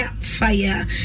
fire